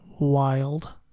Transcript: wild